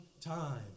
time